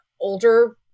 older